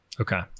Okay